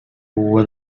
hubo